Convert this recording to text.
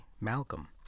Malcolm